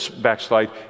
backslide